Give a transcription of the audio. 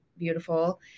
Beautiful